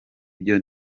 byo